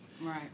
right